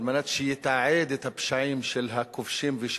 כדי שיתעד את הפשעים של הכובשים ושל